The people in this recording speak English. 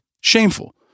shameful